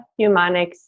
humanics